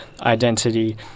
identity